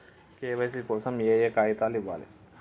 KYC కోసం ఏయే కాగితాలు ఇవ్వాలి?